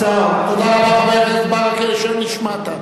תודה רבה, חבר הכנסת ברכה, נשמעת.